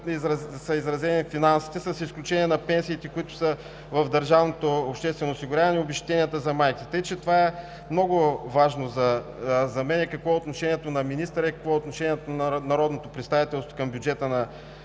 са изразени финансите, с изключение на пенсиите, които са в държавното обществено осигуряване, и обезщетенията за майките. Така че това е много важно за мен – какво е отношението на министъра и какво е отношението на народното представителство към бюджета на